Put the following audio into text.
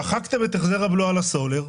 שחקתם את החזר הבלו על הסולר,